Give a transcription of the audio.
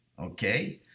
okay